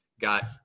got